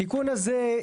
התיקון הזה,